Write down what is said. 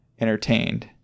entertained